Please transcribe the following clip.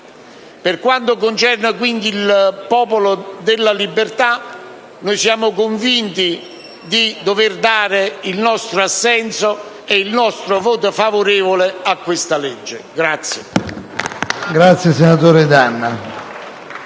Per quanto concerne, quindi, il Popolo della Libertà siamo convinti di dover dare il nostro assenso e il nostro voto favorevole a questa legge.